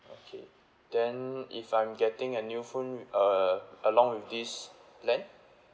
okay then if I'm getting a new phone uh along with this plan